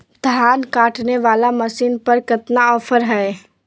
धान काटने वाला मसीन पर कितना ऑफर हाय?